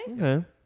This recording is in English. Okay